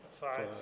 five